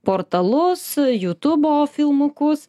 portalus jutūbo filmukus